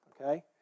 Okay